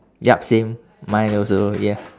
yup same mine also ya